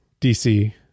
DC